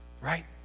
right